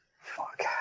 fuck